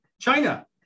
China